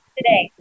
Today